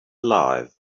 alive